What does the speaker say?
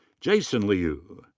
jason liu.